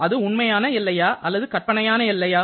அது உண்மையான எல்லையா அல்லது கற்பனையான எல்லையா